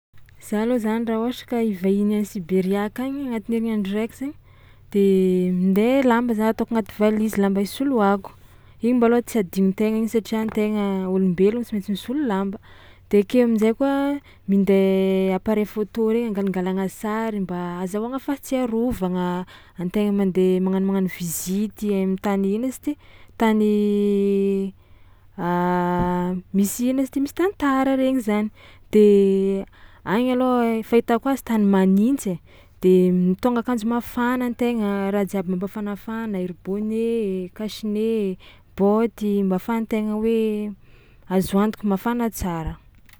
Za alôha zany raha ôhatra ka hivahiny any Siberia akagny agnatin'ny herignandro raiky zainy de minday lamba za ataoko agnaty valizy lamba isoloàko igny mbalôha tsy adinon-tegna igny satria an-tegna ôlombelogno tsy maintsy misolo lamba de ake amin-jay koa minday appareil photo regny angalangalagna sary mba azahoagna fahatsiarovagna, an-tegna mandeha magnano magnano visite am'tany ino izy ty tany misy ino izy ty misy tantara regny zany de agny alôha ai fahitako azy tany manintsy ai de mitôgna akanjo mafana an-tegna raha jiaby mampafanafana: ery bonnet, cache-nez, baoty mba ahafahan-tegna hoe azo antoko mafana tsara.